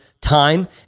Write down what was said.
time